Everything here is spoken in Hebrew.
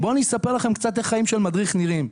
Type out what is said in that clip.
בואו אני אספר לכם קצת איך חיים של מדריך נראים.